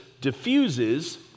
diffuses